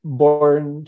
born